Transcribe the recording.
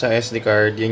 so sd card,